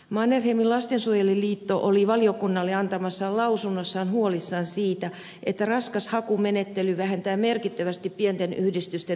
mannerheimin lastensuojeluliitto oli valiokunnalle antamassaan lausunnossa huolissaan siitä että raskas hakumenettely vähentää merkittävästi pienten yhdistysten työllistämismahdollisuuksia